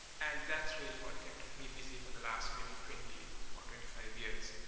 and that's really what kept me busy for the last maybe twenty or twenty five years.